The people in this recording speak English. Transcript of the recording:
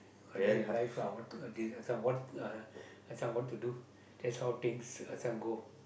but that is life lah what thing is uh this one time what thing what to do that's all things this one and go